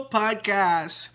podcast